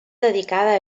dedicada